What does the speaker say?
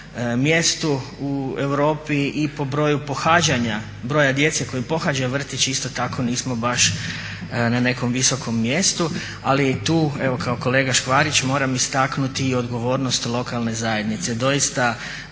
mjestu u Europi i po broju pohađanja broja djece koji pohađaju vrtić isto tako nismo baš na nekom visokom mjestu. Ali i tu evo kao kolega Škvarić moram istaknuti i odgovornosti lokalne zajednice.